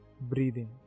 Breathing